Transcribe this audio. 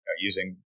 using